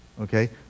Okay